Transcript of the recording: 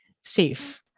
safe